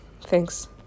Thanks